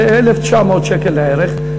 זה 1,900 שקלים לערך.